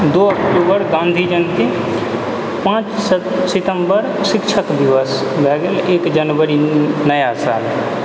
दो अक्टूबर गाँधी जयन्ती पाँच सितम्बर शिक्षक दिवस भऽ गेल एक जनवरी नया साल